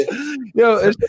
Yo